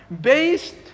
Based